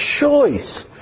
choice